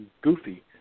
goofy